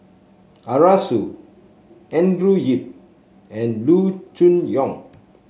Arasu Andrew Yip and Loo Choon Yong